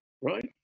Right